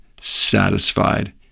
satisfied